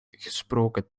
gesproken